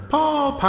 Paul